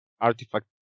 artifact